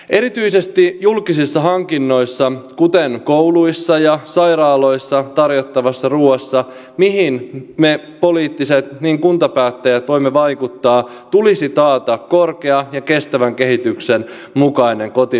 erityisesti julkisissa hankinnoissa kuten kouluissa ja sairaaloissa tarjottavassa ruoassa mihin sekä me poliittiset päättäjät että kuntapäättäjät voimme vaikuttaa tulisi taata korkea ja kestävän kehityksen mukainen kotimaisuusaste